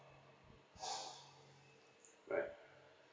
right